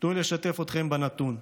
תנו לי לשתף אתכם בנתון: